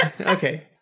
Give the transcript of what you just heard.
Okay